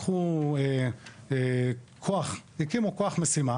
לקחו כוח, הקימו כוח משימה